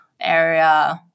area